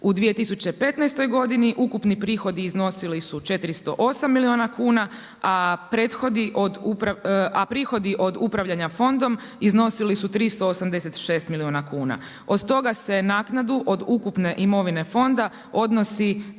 U 2015. godini ukupni prihodi iznosili su 408 milijuna kuna, a prihodi od upravljanja fondom iznosili su 386 milijuna kuna. Od toga se naknadu od ukupne imovine fonda iznosi